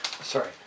Sorry